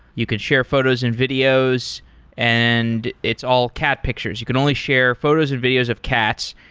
you could share photos and videos and it's all cat pictures. you can only share photos and videos of cats,